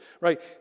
right